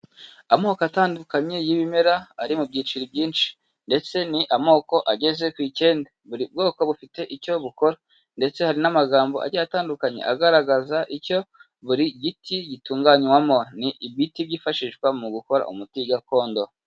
Amoko atandukanye y'ibimera ari mu byiciro byinshi ndetse ni amoko ageze ku icyenda, buri bwoko bufite icyo bukora ndetse hari n'amagambo agiye atandukanye agaragaza icyo buri giti gitunganywamo, ni ibiti byifashishwa mu gukora umuti gakondo.